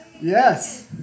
Yes